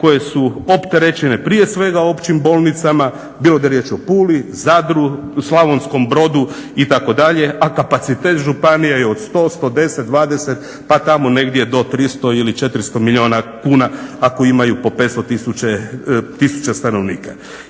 koje se opterećene prije svega općim bolnicama, bilo da je riječ o Puli, Zadru, Slavonskom brodu itd., a kapacitet županija je od 100,110,120 pa tamo do negdje 300 ili 400 milijuna kuna ako imaju po 500 tisuća stanovnika.